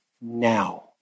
Now